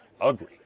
ugly